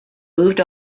moved